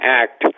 act